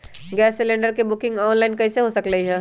Gas cylinder के booking online कईसे हो सकलई ह?